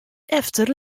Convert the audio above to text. efter